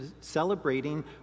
celebrating